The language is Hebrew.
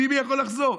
ביבי יכול לחזור.